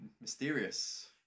Mysterious